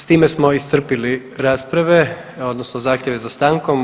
S time smo iscrpili rasprave odnosno zahtjeve za stankom.